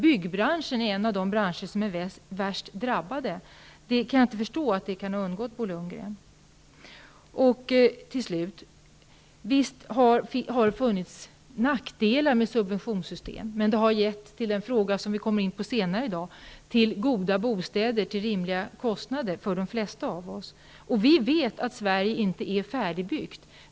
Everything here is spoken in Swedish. Byggbranschen är en av de branscher som är värst drabbade. Jag kan inte se att det kan ha undgått Bo Lundgren. Till slut: Visst har det funnits nackdelar med subventionssystem, men det har gett -- den frågan kommer vi in på senare i dag -- goda bostäder till rimliga kostnader för de flesta av oss. Vi vet att Sverige inte är färdigbyggt.